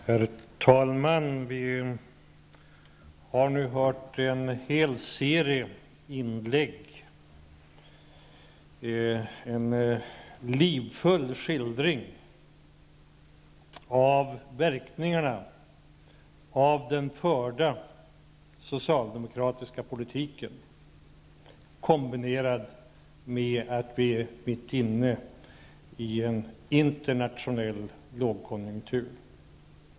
Herr talman! Vi har nu hört en hel serie inlägg med en livfull skildring av verkningarna av den förda socialdemokratiska politiken och av det att vi gått in i en internationell lågkonjunktur.